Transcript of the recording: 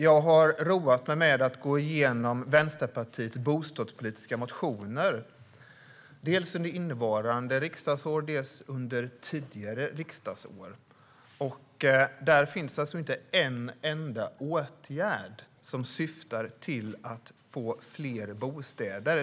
Jag har roat mig med att gå igenom Vänsterpartiets bostadspolitiska motioner, dels under innevarande riksdagsår, dels under tidigare riksdagsår. Där finns inte en enda åtgärd som syftar till att få fler bostäder.